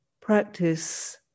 practice